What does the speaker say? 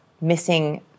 missing